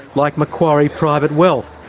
like macquarie private wealth,